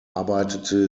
arbeitete